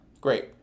great